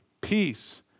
peace